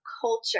culture